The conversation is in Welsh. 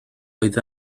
oedd